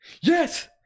Yes